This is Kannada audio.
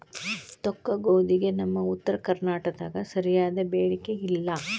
ತೊಕ್ಕಗೋಧಿಗೆ ನಮ್ಮ ಉತ್ತರ ಕರ್ನಾಟಕದಾಗ ಸರಿಯಾದ ಬೇಡಿಕೆ ಇಲ್ಲಾ